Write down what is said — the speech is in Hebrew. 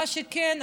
מה שכן,